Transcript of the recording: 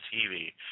TV